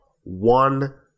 one